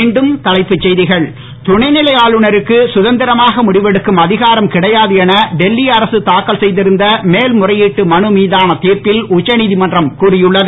மீண்டும் தலைப்புச் செய்திகள் துணைநிலை ஆளுநருக்கு கதந்திரமாக முடிவெடுக்கும் அதிகாரம் கிடையாது என டெல்லி அரசு தாக்கல் செய்திருந்த மேல்முறையிட்டு மனு மீதான திர்ப்பில் உச்சநீதிமன்றம் கூறியுள்ளது